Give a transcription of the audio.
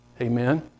Amen